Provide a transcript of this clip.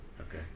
okay